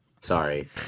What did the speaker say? Sorry